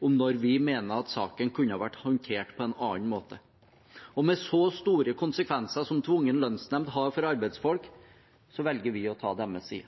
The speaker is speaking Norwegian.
når vi mener at saken kunne ha vært håndtert på en annen måte, og med så store konsekvenser som tvungen lønnsnemnd har for arbeidsfolk, velger vi å ta deres side.